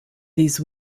these